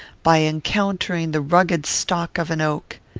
by encountering the rugged stock of an oak.